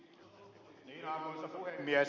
arvoisa puhemies